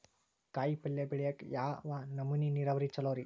ಕಾಯಿಪಲ್ಯ ಬೆಳಿಯಾಕ ಯಾವ ನಮೂನಿ ನೇರಾವರಿ ಛಲೋ ರಿ?